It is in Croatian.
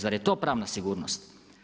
Zar je to pravna sigurnost?